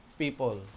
people